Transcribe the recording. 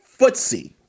footsie